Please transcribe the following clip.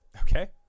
okay